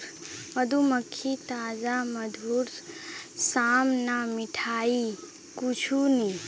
मधुमक्खीर ताजा मधुर साम न मिठाई कुछू नी